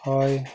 ᱦᱳᱭ